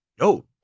no